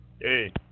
hey